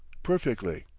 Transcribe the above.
perfectly.